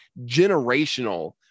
generational